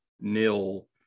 nil